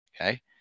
Okay